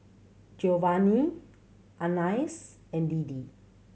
Giovanni Anais and Deedee